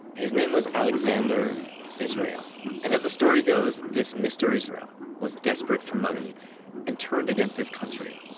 his name was alexander israel and as the story goes, this mr. israel was desperate for money and turned against his country.